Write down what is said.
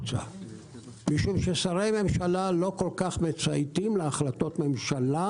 משום ששרי ממשלה לא כל כך מצייתים להחלטות ממשלה,